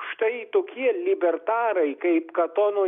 štai tokie libertarai kaip katono